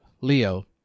Leo